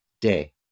day